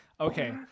Okay